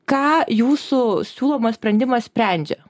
ką jūsų siūlomas sprendimas sprendžia